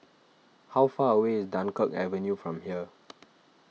how far away is Dunkirk Avenue from here